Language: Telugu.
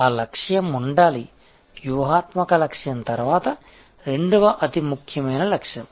ఆ లక్ష్యం ఉండాలి వ్యూహాత్మక లక్ష్యం తర్వాత రెండవ అతి ముఖ్యమైన లక్ష్యం